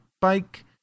bike